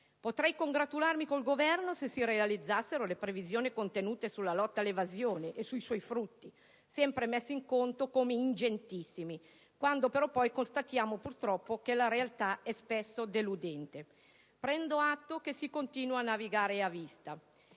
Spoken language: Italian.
potrei che congratularmi con il Governo se si realizzassero le previsioni contenute sulla lotta all'evasione e sui suoi frutti, sempre messi in conto come ingentissimi, pur constatando che poi purtroppo che la realtà è spesso deludente. Prendo atto che si continua a navigare a vista.